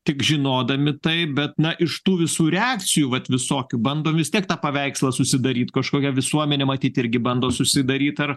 tik žinodami tai bet na iš tų visų reakcijų vat visokių bandom vis tiek tą paveikslą susidaryt kažkokia visuomenė matyt irgi bando susidaryt ar